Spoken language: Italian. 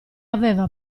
aveva